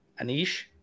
Anish